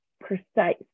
precise